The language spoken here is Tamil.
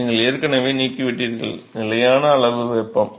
நீங்கள் ஏற்கனவே நீக்கிவிட்டீர்கள் நிலையான அளவு வெப்பம்